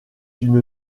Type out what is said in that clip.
une